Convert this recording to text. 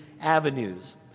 avenues